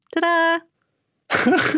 Ta-da